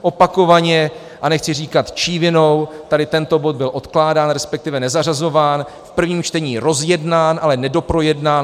Opakovaně, a nechcí říkat čí vinou, tady tento bod byl odkládán, respektive nezařazován, v prvním čtení rozjednán, ale nedoprojednán.